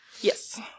yes